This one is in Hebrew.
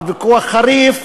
וויכוח חריף,